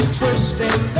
twisting